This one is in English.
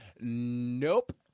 Nope